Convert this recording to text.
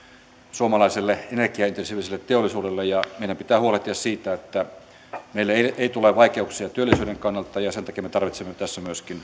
suomalaiselle energiaintensiiviselle teollisuudelle ja meidän pitää huolehtia siitä että meille ei tule vaikeuksia työllisyyden kannalta ja sen takia me tarvitsemme tässä myöskin